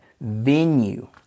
venue